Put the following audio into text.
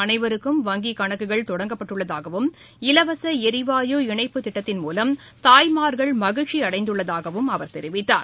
அனைவருக்கும் வங்கிக் கணக்குகள் தொடங்கப்பட்டுள்ளதாகவும் இலவசளரிவாயு இணைப்புத் திட்டத்தின் மூலம் தாய்மார்கள் மகிழ்ச்சிஅடைந்துள்ளதாகவும் அவர் தெரிவித்தார்